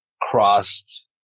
crossed